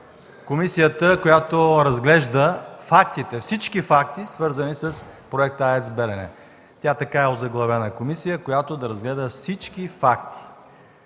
комисията, която разглежда всички факти, свързани с Проекта „АЕЦ „Белене”. Тя и така е озаглавена – комисия, която да разгледа всички факти.